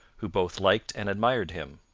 who both liked and admired him.